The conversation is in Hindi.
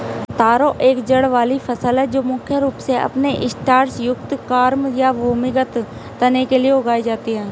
तारो एक जड़ वाली फसल है जो मुख्य रूप से अपने स्टार्च युक्त कॉर्म या भूमिगत तने के लिए उगाई जाती है